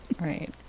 right